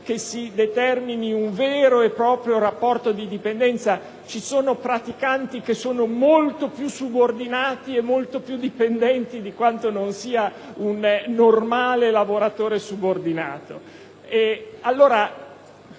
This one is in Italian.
che si determini un vero e proprio rapporto di dipendenza; ci sono praticanti che sono molto più subordinati e molto più dipendenti di quanto non sia un normale lavoratore subordinato.